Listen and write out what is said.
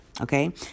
Okay